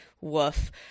Woof